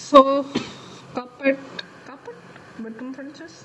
so carpet carpet buy those one first